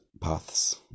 paths